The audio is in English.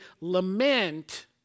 lament